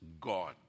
God